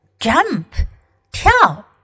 Jump,跳